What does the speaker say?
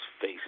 face